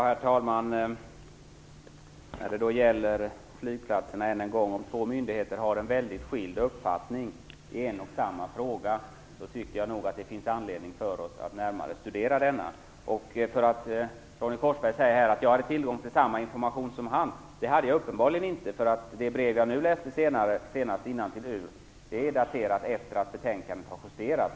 Herr talman! Återigen till frågan om flygplatserna. Om två myndigheter har en väldigt skild uppfattning i en och samma fråga tycker jag nog att det finns anledning för oss att närmare studera den. Ronny Korsberg säger här att jag hade tillgång till samma information som han. Det hade jag uppenbarligen inte. Det brev jag nu senast läste innantill ur är daterat efter det att betänkandet var justerat.